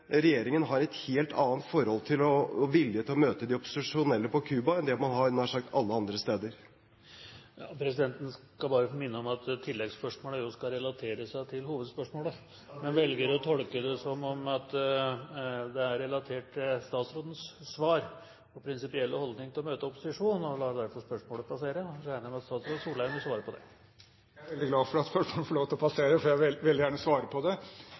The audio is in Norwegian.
regjeringen har et helt annet forhold til og en annen vilje til å møte de opposisjonelle på Cuba enn det man har nær sagt alle andre steder? Presidenten skal bare få minne om at tilleggsspørsmålet jo skal relatere seg til hovedspørsmålet. Ja, det gjorde det i aller høyeste grad, president. Det kan virke som om at det er relatert til statsrådens svar og prinsipielle holdning til å møte opposisjonen, og presidenten lar derfor spørsmålet passere og regner med at statsråd Solheim vil svare på det. Jeg er veldig glad for at spørsmålet får lov til å passere, for jeg vil veldig gjerne svare på det.